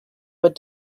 but